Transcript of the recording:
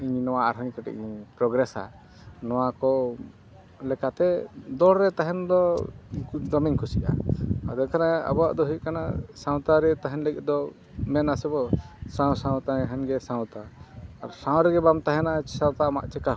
ᱟᱨ ᱤᱧ ᱱᱚᱣᱟ ᱟᱨᱳ ᱠᱟᱹᱴᱤᱡ ᱤᱧ ᱯᱨᱚᱜᱨᱮᱥᱟ ᱱᱚᱣᱟ ᱠᱚ ᱞᱮᱠᱟᱛᱮ ᱫᱚᱨ ᱨᱮ ᱛᱟᱦᱮᱱ ᱫᱚ ᱫᱚᱢᱮᱧ ᱠᱩᱥᱤᱭᱟᱜᱼᱟ ᱟᱫᱚ ᱠᱟᱱᱟ ᱟᱵᱚᱣᱟᱜ ᱫᱚ ᱦᱩᱭᱩᱜ ᱠᱟᱱᱟ ᱥᱟᱶᱛᱟ ᱨᱮ ᱛᱟᱦᱮᱱ ᱞᱟᱹᱜᱤᱚᱫ ᱫᱚ ᱢᱮᱱᱟ ᱥᱮ ᱵᱚ ᱥᱟᱶ ᱥᱟᱶ ᱛᱟᱦᱮᱱ ᱜᱮ ᱥᱟᱶᱛᱟ ᱟᱨ ᱥᱟᱶ ᱨᱮᱜᱮ ᱵᱟᱢ ᱛᱟᱦᱮᱱᱟ ᱥᱟᱶᱛᱟ ᱟᱢᱟᱜ ᱪᱤᱠᱟᱹ ᱦᱩᱭᱩᱜᱼᱟ